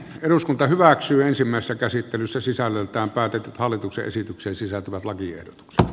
eduskunta hyväksyy ensimmäistä käsittelyssä sisällöltään päätetyt hallituksen esitykseen sisältyvät lakiehdotukseen